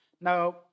Now